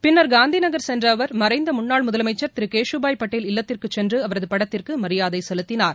பின்னர் காந்திநகர் சென்ற அவர் மறைந்த முன்னாள் முதலமைச்சர் திரு கேசுபாய் பட்டேல் இல்லத்திற்கு சென்று அவரது படத்திற்கு மரியாதை செலுத்தினார்